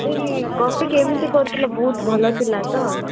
ଏଇ କଫି କେମିତି କରିଥିଲେ ବହୁତ ଭଲ ଥିଲା ତ